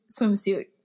swimsuit